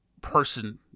person